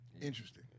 Interesting